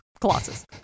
Colossus